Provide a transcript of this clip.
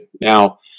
Now